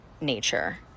nature